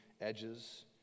edges